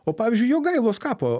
o pavyzdžiui jogailos kapo